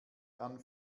dann